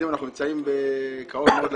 אתם יודעים, אנחנו נמצאים קרוב מאוד לחנוכה.